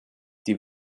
die